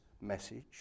message